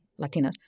Latinas